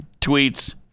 tweets